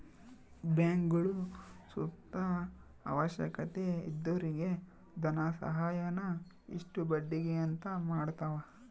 ಬ್ಯಾಂಕ್ಗುಳು ಸುತ ಅವಶ್ಯಕತೆ ಇದ್ದೊರಿಗೆ ಧನಸಹಾಯಾನ ಇಷ್ಟು ಬಡ್ಡಿಗೆ ಅಂತ ಮಾಡತವ